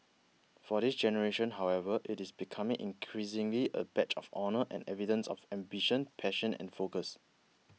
for this generation however it is becoming increasingly a badge of honour and evidence of ambition passion and focus